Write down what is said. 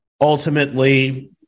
ultimately